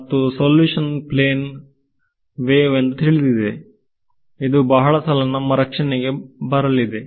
ಮತ್ತು solution plane wave ಎಂದು ತಿಳಿದಿದೆ ಇದು ಬಹಳ ಸಲ ನಮ್ಮ ರಕ್ಷಣೆಗೆ ಬರಲಿದೆ